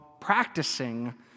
practicing